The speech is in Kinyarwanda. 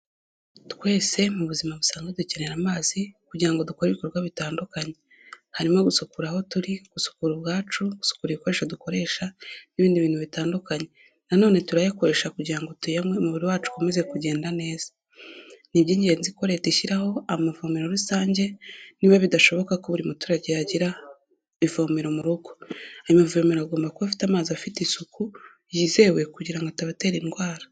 Twese mu buzima busanzwe dukenera amazi kugira ngo dukore ibikorwa bitandukanye, harimo gusukura aho turi, gusukura ubwacu, gusukura ibikoresho dukoresha n'ibindi bintu bitandukanye, na none turayakoresha kugira ngo tuyanywe, umubiri wacu ukomeze kugenda neza, ni iby'ingenzi ko leta ishyiraho amavomero rusange niba bidashoboka ko buri muturage yagira ivomero mu rugo, ayo mavomero agomba kuba afite amazi afite isuku yizewe kugira ngo atabatera indwara.